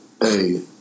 Hey